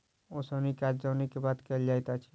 ओसौनीक काज दौनीक बाद कयल जाइत अछि